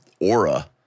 aura